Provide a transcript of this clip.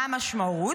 מה המשמעות?